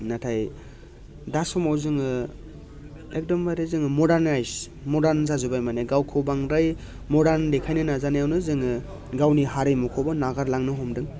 नाथाय दासमाव जोङो एखदमबारे जोङो मडार्नाय्स मडार्न जाजोबबाय माने गावखौ बांद्राय मडार्न देखायनो नाजानायावनो जोङो गावनि हारिमुखौबो नागारलांनो हमदों